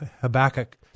Habakkuk